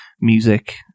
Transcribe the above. music